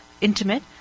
intimate